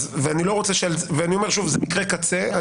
אני אומר שוב זה מקרה קצה.